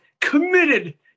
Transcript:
committed